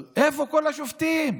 איפה כל השופטים,